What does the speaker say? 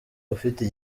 ufite